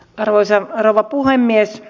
arvoisa rouva puhemies